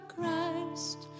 Christ